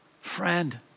friend